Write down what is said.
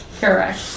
Correct